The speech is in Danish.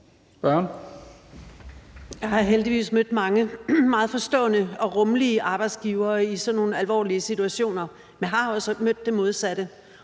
Jeg har heldigvis mødt mange meget forstående og rummelige arbejdsgivere i sådan nogle alvorlige situationer, men jeg har også mødt det modsatte.